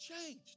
changed